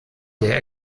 der